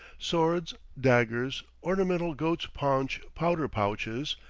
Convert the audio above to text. swords, daggers, ornamental goat's-paunch powder-pouches,